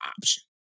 option